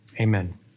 amen